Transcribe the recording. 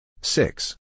Six